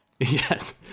Yes